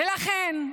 ולכן,